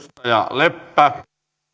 herra